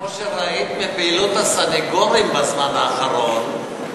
כמו שראית בפעילות הסנגורים בזמן האחרון,